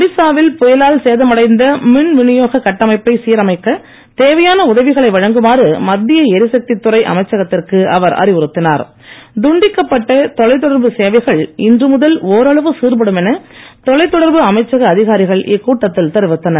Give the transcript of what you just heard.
ஒடிசாவில் புயலால் சேதமடைந்த மின் விநியோக கட்டமைப்பை சீரமைக்க தேவையான உதவிகளை வழங்குமாறு மத்திய எரிசக்தித்துறை அமைச்சகத்திற்கு அவர் தொலைதொடர்பு சேவைகள் இன்று முதல் ஒரளவு சீர்படும் என தொலைதொடர்பு அமைச்சக அதிகாரிகள் இக்கூட்டத்தில் தெரிவித்தனர்